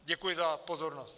Děkuji za pozornost.